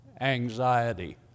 anxiety